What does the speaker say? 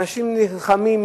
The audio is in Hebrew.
אנשים נלחמים,